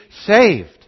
saved